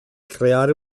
creare